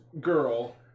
girl